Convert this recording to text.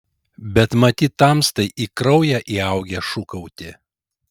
bet matyt tamstai į kraują įaugę šūkauti